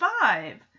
five